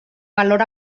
valor